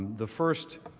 the first,